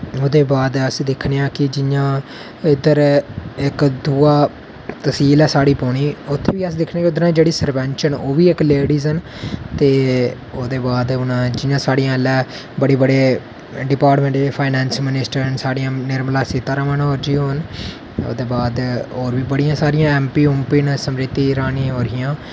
ओह्दे बाद जियां अस दिक्खने आं कि उद्धर इक दुआ तसील ऐ पौनी उद्धर बी अस दिक्खने आं उद्दर दियां जेह्की सरपैंच न ओह् बी इक लेडीस न ते उसदे बाद जियां इसलै बड़े सारे डिपार्टमैंट फाईनैंस मनिस्टर जेह्ड़ियां निर्मला सीतारमन होर न ओह्दै बाद बड़ियां सारियां ऐम पी न होर हियां